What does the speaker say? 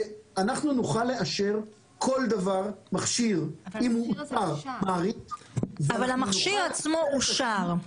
כל מכשיר, אם אושר --- אבל המכשיר עצמו אושר.